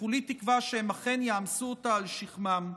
וכולי תקווה שהם אכן יעמסו אותה על שכמם.